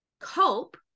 cope